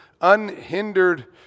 unhindered